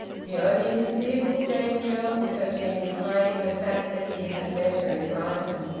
the only conceivable danger would have been in hiding the fact that he had met her in brighton.